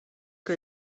que